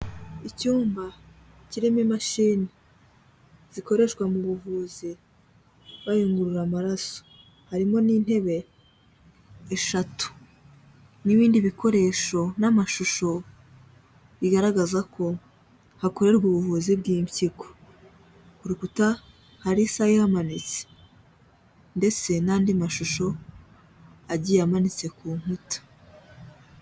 Icyumba kirimo imashini zikoreshwa mu buvuzi bayungurura amaraso. Harimo n'intebe eshatu, n'ibindi bikoresho n'amashusho, bigaragaza ko hakorerwa ubuvuzi bw'impyiko. Ku rukuta hari isaha ihamanitse ndetse n'andi mashusho agiye amanitse ku nkuta.